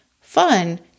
fun